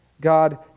God